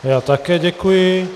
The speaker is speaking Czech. Já také děkuji.